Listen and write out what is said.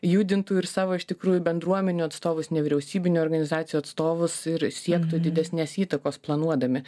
judintų ir savo iš tikrųjų bendruomenių atstovus nevyriausybinių organizacijų atstovus ir siektų didesnės įtakos planuodami